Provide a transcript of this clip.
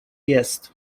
jest